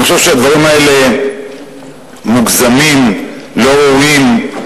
אני חושב שהדברים האלה מוגזמים, לא ראויים.